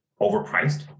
overpriced